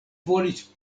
volis